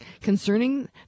concerning